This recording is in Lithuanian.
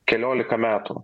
keliolika metų